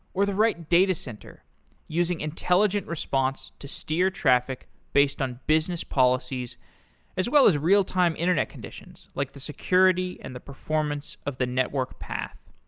or the right datacenter using intelligent response to steer traffic based on business policies policies as well as real time internet conditions, like the security and the performance of the network path.